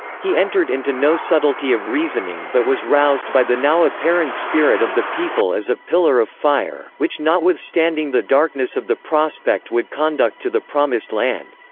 he entered into no subtlety of reasoning but was roused by the now apparent spirit of the people as a pillar of fire, which notwithstanding the darkness of the prospect would conduct to the promised land.